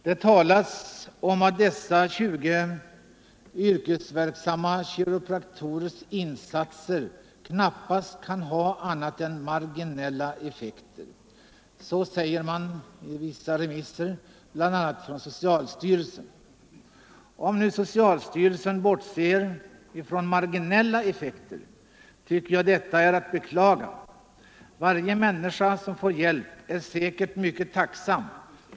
Det har sagts att dessa 20 yrkesverksamma kiropraktorers insatser knappast kan ha annat än marginella effekter. Det säger man i vissa remissvar, bl.a. i svaret från socialstyrelsen. Om nu socialstyrelsen bortser från marginella effekter, så tycker jag att det är att beklaga. Men varje människa som får hjälp är säkert mycket tacksam.